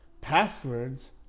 Passwords